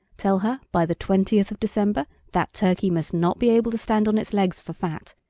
tell her by the twentieth of december that turkey must not be able to stand on its legs for fat,